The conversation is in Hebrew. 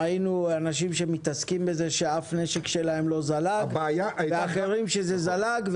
ראינו אנשים שמתעסקים בזה שאף נשק שלהם לא זגל ואחרים שזה זלג.